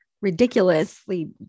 ridiculously